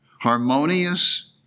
harmonious